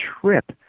trip